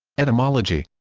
etymology